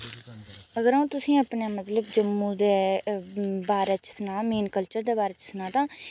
अगर अ'ऊं तुसेंगी अपने मतलब जम्मू दे बारे च सनां मेन कल्चर दे बारे च सनां तां